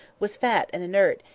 was fat and inert,